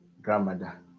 grandmother